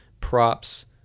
props